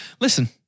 Listen